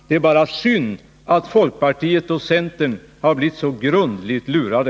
Det är bara synd att folkpartiet och centern har blivit så grundligt lurade.